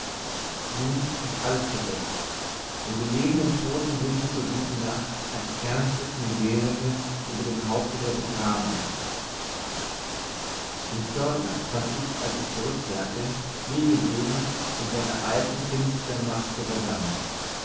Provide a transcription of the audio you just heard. nun ist alles verdeckt und die lebenden todten singen zur guten nacht ein ernstes miserere über dem haupte der begrabenen den pförtner fand ich als ich zurückkehrte wie gewöhnlich mit seiner alten finstern maske beisammen